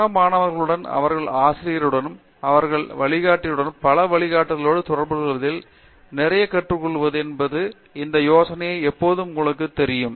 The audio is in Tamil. சக மாணவர்களுடன் அவர்களது ஆசிரியருடன் அவர்களின் வழிகாட்டியுடன் பல வழிகளோடு தொடர்புகொள்வதில் நிறைய கற்றுக்கொள்வது என்று இந்த யோசனை எப்போதும் உள்ளது உங்களுக்குத் தெரியும்